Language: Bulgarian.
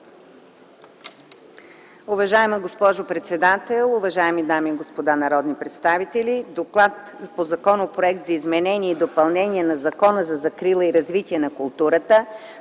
Уважаема госпожо председател, уважаеми дами и господа народни представители! „ДОКЛАД по Законопроект за изменение и допълнение на Закона за закрила и развитие на културата,